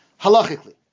halachically